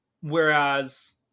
Whereas